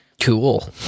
Cool